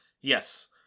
yes